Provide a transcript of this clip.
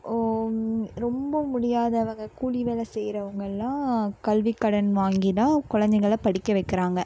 ஓ ரொம்ப முடியாதவங்க கூலி வேலை செய்யிறவங்களெலாம் கல்விக்கடன் வாங்கி தான் குழந்தைங்கள படிக்க வைக்கிறாங்க